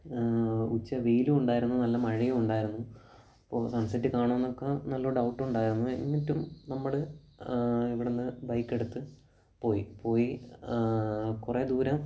ഉച്ച വെയിലും ഉണ്ടായിരുന്നു നല്ല മഴയും ഉണ്ടായിരുന്നു അപ്പോൾ സൺസെറ്റ് കാണുമോ എന്നൊക്ക നല്ല ഡൗട്ട് ഉണ്ടായിരുന്നു എന്നിട്ടും നമ്മൾ ഇവിടെ നിന്ന് ബൈക്കെടുത്ത് പോയി പോയി കുറേ ദൂരം